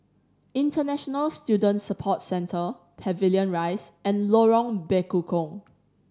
International Student Support Centre Pavilion Rise and Lorong Bekukong